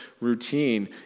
routine